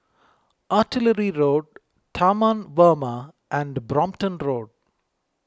Artillery Road Taman Warna and Brompton Road